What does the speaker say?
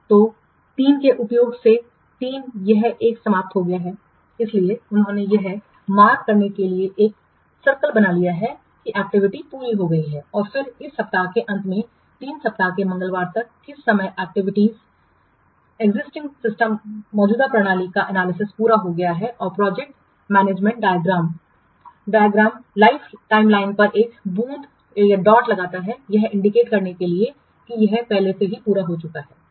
तो 3 के उपयोग से 3 यह एक समाप्त हो गया है इसलिए उन्होंने यह चिन्हित करने के लिए एक घेरा बना लिया है कि एक्टिविटी पूरी हो गई है और फिर इस सप्ताह के अंत में 3 सप्ताह के मंगलवार तक किस समय एक्जिस्टिंग सिस्टममौजूदा प्रणाली का एनालिसिस पूरा हो गया है और प्रोजेक्ट मैनेजमेंट डायग्नलमंड लाइफ टाइमलाइन पर एक बूँद डालता है यह इंडिकेट करने के लिए है कि यह पहले से ही पूरा हो चुका है